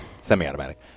Semi-automatic